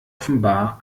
offenbar